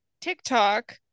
TikTok